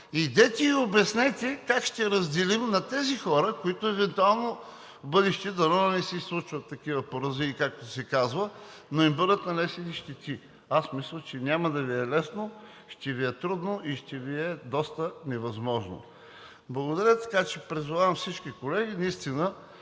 Идете и обяснете как ще разделим на тези хора, които евентуално в бъдеще, дано не се случват такива поразии, както се казва, но им бъдат нанесени щети. Аз мисля, че няма да Ви е лесно – ще Ви е трудно, и ще Ви е доста невъзможно. Благодаря. Така че призовавам всички колеги наистина